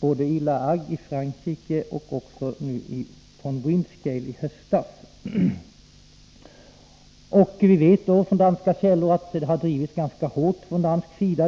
både från La Hague i Frankrike och nu i höstas också från Windscale. Vi vet från danska källor att dessa frågor har drivits ganska hårt från dansk sida.